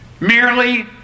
merely